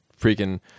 freaking